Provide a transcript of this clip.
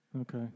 Okay